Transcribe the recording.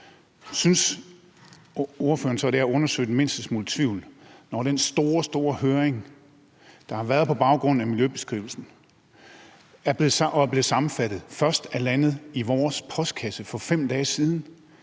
at det er at undersøge den mindste smule tvivl, når den store, store høring, der har været på baggrund af miljøbeskrivelsen og er blevet sammenfattet, først er landet i vores postkasse for 5 dage siden?